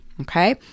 okay